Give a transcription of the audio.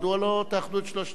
מדוע לא תאחדו את שלוש ההצעות?